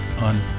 on